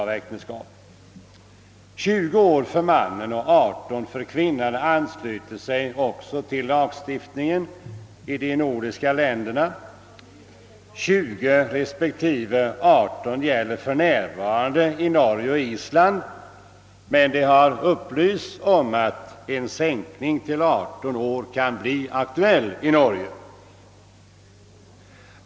En äktenskapsålder av 20 år för mannen och 18 år för kvinnan ansluter sig också till lagstiftningen i de nordiska grannländerna. I Norge och Island gäller för närvarande åldersregeln 20 år för män och 18 år för kvinnor, men vi har upplysts om att en sänkning till 18 år för män kan bli aktuell i Norge.